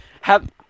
Have-